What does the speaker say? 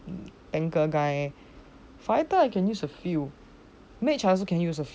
anchor guy fighter I can use a few mage I also can use a few